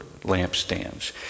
lampstands